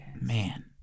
Man